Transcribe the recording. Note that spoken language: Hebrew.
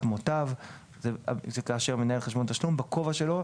מוטב; זה כאשר מנהל חשבון תשלום נמצא בכובע שלו,